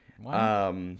Wow